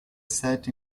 set